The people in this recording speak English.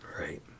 Right